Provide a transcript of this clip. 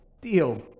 deal